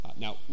Now